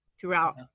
throughout